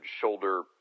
shoulder